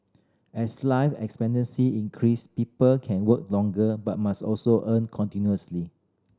as life expectancy increase people can work longer but must also earn continuously